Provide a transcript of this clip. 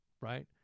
right